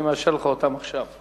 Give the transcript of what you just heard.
אני מאשר לך אותן עכשיו.